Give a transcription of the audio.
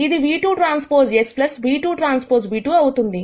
ఇది ν₂TX ν₂Tν₂ అవుతుంది